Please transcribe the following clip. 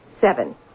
Seven